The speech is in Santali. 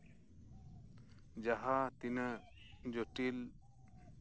ᱡᱟᱦᱟᱸᱛᱤᱱᱟᱹᱜ ᱡᱚᱴᱤᱞ